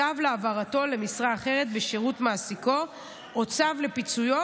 צו להעברתו למשרה אחרת בשירות מעסיקו או צו לפיצויו,